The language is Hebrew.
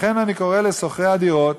לכן, אני קורא לשוכרי הדירות